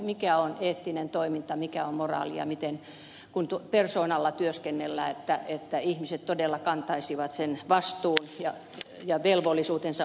mikä on eettinen toiminta mikä on moraali kun persoonalla työskennellään että ihmiset todella kantaisivat sen vastuun ja velvollisuutensa oikealla tavalla